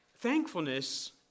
Thankfulness